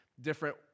different